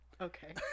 okay